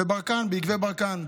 בברקן, ביקבי ברקן.